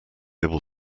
able